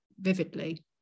vividly